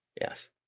Yes